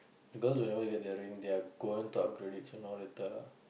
girls whenever they get their ring they are gonna upgrade it sooner or later lah